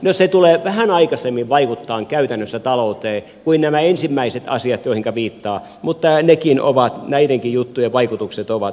no se tulee vähän aikaisemmin vaikuttamaan käytännössä talouteen kuin nämä ensimmäiset asiat joihin viittaan mutta näidenkin juttujen vaikutukset ovat kaukana